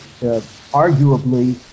arguably